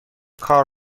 کار